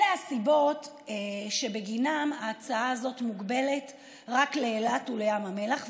אלה הסיבות שבגינן ההצעה הזאת מוגבלת רק לאילת ולים המלח,